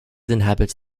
inhabits